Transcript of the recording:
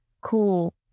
cool